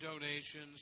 donations